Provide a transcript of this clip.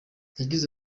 yagize